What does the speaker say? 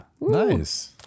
Nice